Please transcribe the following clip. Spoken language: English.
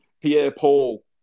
Pierre-Paul